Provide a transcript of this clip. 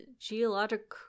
geologic